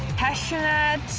passionate,